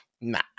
nah